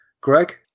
Greg